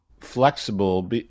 flexible